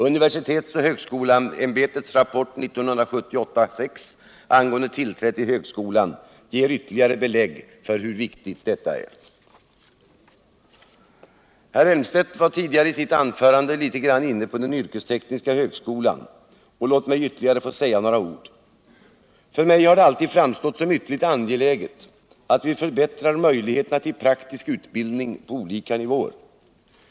Universitets och högskoleämbetets rapport 1978:6 angående tillträde till högskolan ger ytterligare belägg för hur viktigt detta är. Herr Elmstedt var i sitt anförande litet grand inne på den yrkestekniska högskolan. Låt mig få säga några ord om denna. För mig har det alltid framstått som ytterligt angeläget att vi förbättrar möjligheterna till praktisk utbildning på olika nivåer.